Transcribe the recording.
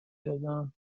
دادم